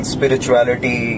Spirituality